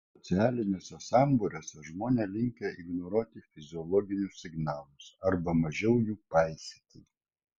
socialiniuose sambūriuose žmonės linkę ignoruoti fiziologinius signalus arba mažiau jų paisyti